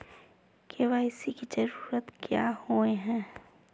KYC की जरूरत क्याँ होय है?